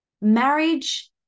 marriage